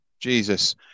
Jesus